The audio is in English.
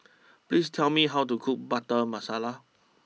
please tell me how to cook Butter Masala